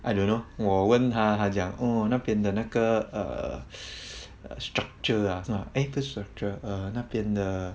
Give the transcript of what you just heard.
I don't know 我问他他讲哦那边的那个 uh structure ah 是 mah eh 不是 structure uh 那边的